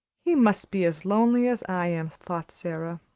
he must be as lonely as i am, thought sara.